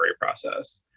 process